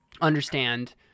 understand